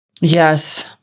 Yes